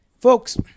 Folks